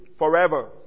forever